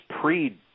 pre